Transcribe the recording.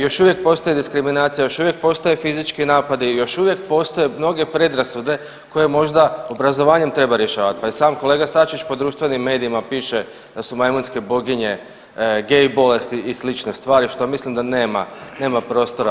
Još uvijek postoji diskriminacija, još uvijek postoje fizički napadi, još uvijek postoje mnoge predrasude koje možda obrazovanjem treba rješavati, pa je i sam kolega Sačić po društvenim medijima piše da su majmunske boginje gay bolesti i slične stvari što mislim da nema, nema prostora u